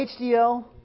HDL